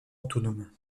autonome